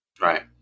Right